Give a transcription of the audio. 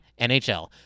NHL